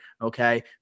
okay